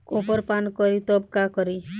Copper पान करी तब का करी?